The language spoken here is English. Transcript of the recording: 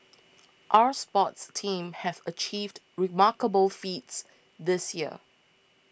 our sports teams have achieved remarkable feats this year